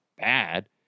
bad